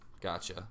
Gotcha